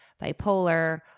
bipolar